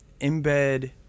embed